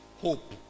hope